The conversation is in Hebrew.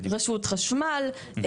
רשות חשמל,